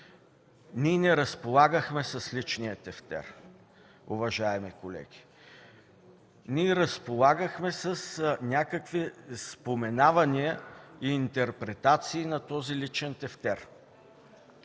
Ние не разполагахме с личния тефтер, уважаеми колеги. Разполагахме с някакви споменавания и интерпретации на този личен тефтер.